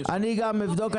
אני גם אבדוק,